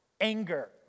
anger